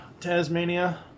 Tasmania